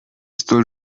столь